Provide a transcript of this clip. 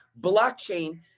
blockchain